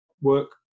work